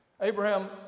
Abraham